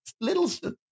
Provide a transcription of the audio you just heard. little